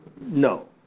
No